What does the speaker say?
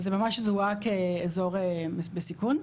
וזה ממש זוהה כאזור בסיכון.